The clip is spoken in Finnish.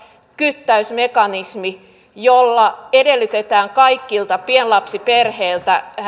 kyttäysmekanismi jolla edellytetään kaikilta pienlapsiperheiltä